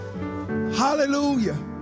Hallelujah